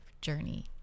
journey